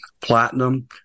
platinum